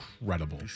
incredible